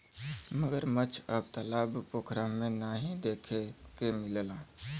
मगरमच्छ अब तालाब पोखरा में नाहीं देखे के मिलला